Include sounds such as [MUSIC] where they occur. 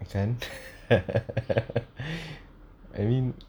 kan [LAUGHS] I mean